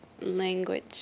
language